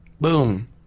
Boom